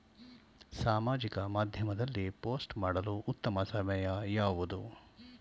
ಸಾಮಾಜಿಕ ಮಾಧ್ಯಮದಲ್ಲಿ ಪೋಸ್ಟ್ ಮಾಡಲು ಉತ್ತಮ ಸಮಯ ಯಾವುದು?